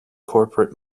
corporate